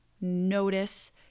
notice